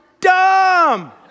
dumb